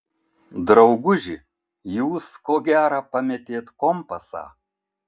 drauguži jūs ko gera pametėt kompasą